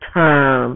term